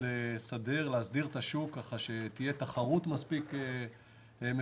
באים להסדיר את השוק ככה שתהיה תחרות מספיק מפותחת,